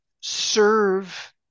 serve